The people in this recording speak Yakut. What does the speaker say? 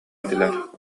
этилэр